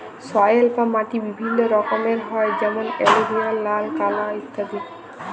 soil বা মাটি বিভিল্য রকমের হ্যয় যেমন এলুভিয়াল, লাল, কাল ইত্যাদি